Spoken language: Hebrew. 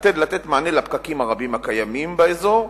מתעתד לתת מענה לפקקים הרבים הקיימים באזור,